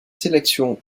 sélection